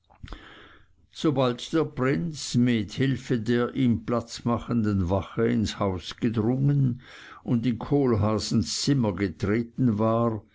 sobald der prinz mit hülfe der ihm platz machenden wache ins haus gedrungen und in kohlhaasens zimmer getreten war